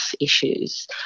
issues